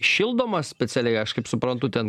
šildomas specialiai aš kaip suprantu ten